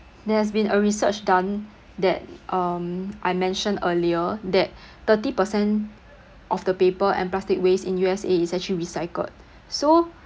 there has been a research done that um I mentioned earlier that thirty percent of the paper and plastic waste in U_S_A is actually recycled so